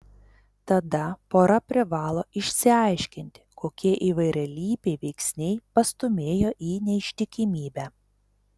tada pora privalo išsiaiškinti kokie įvairialypiai veiksniai pastūmėjo į neištikimybę